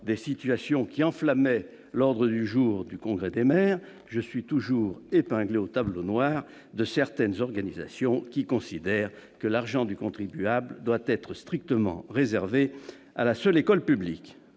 des situations qui enflammaient l'ordre du jour du congrès des maires, je suis toujours épinglé au tableau noir de certaines organisations, qui considèrent que l'argent du contribuable doit être strictement réservé à l'école publique.